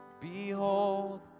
Behold